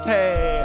Hey